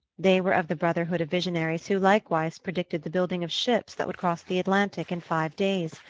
they were of the brotherhood of visionaries who likewise predicted the building of ships that would cross the atlantic in five days,